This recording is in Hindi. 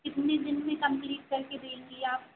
कितने दिन में कंप्लीट करके देंगी आप